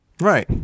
Right